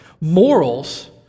morals